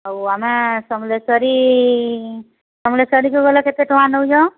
ଆଉ ଆମେ ସମଲେଶ୍ୱରୀ ସମଲେଶ୍ୱରୀକୁ ଗଲେ କେତେ ଟଙ୍କା ନେଉଛ